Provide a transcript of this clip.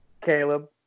Caleb